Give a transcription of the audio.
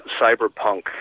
cyberpunk